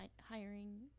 hiring